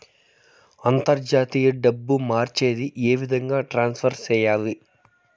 అంతర్జాతీయ డబ్బు మార్చేది? ఏ విధంగా ట్రాన్స్ఫర్ సేయాలి?